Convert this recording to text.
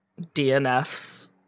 DNFs